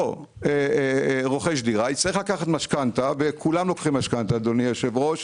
אותו רוכש דירה יצטרך לקחת משכנתא אדוני היושב-ראש,